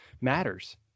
matters